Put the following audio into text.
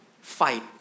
fight